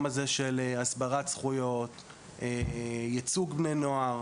הזה של הסברת זכויות וייצוג של בני נוער.